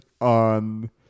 on